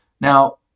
Now